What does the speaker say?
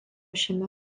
šiame